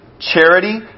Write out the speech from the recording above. charity